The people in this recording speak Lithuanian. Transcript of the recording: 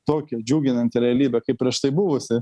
tokia džiuginanti realybė kaip prieš tai buvusi